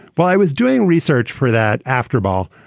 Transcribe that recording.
while i was doing research for that after ball,